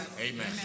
Amen